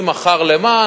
מי מכר למה.